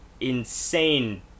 insane